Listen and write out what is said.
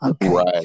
Right